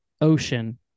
ocean